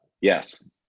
Yes